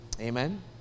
Amen